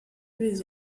les